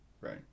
right